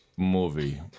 Movie